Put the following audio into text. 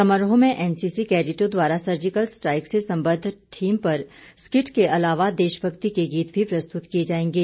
समारोह में एनसीसी कैडिटों द्वारा सर्जिकल स्ट्राइक से संबंद्व थीम पर स्किट के अलावा देश भक्ति के गीत भी प्रस्तुत किए जाएंगे